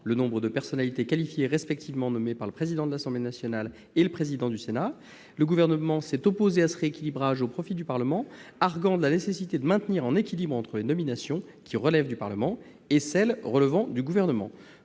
le nombre de personnalités qualifiées nommées respectivement par les présidents de l'Assemblée nationale et du Sénat. Le Gouvernement s'est opposé à ce rééquilibrage au profit du Parlement, arguant de la nécessité de maintenir un équilibre entre les nominations relevant du Parlement et celles qui reviennent au Gouvernement.